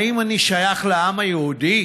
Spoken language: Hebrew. האם אני שייך לעם היהודי?